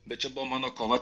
bet čia buvo mano kova